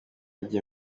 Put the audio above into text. gihe